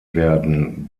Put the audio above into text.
werden